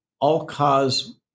all-cause